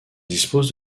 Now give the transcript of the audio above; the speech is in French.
dispose